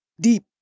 deep